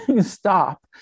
stop